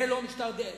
זה לא משטר דיקטטורי?